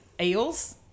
eels